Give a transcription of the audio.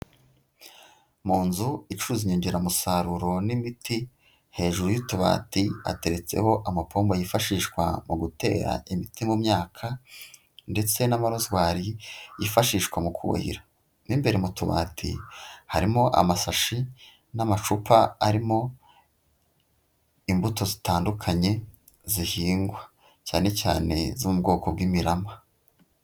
Mu nzu icuruza inyongeramusaruro n'imiti hejuru y'utubati hateretseho amapombo yifashishwa mu gutera imiti mu myaka ndetse n'amarazwari yifashishwa mu kuhira, mo imbere mu tubati harimo amasashi n'amacupa arimo imbuto zitandukanye zihingwa cyane cyane izo mu bwoko bw'imirama.